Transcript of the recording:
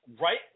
Right